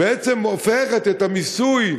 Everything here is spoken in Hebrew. בעצם הופכת את המיסוי,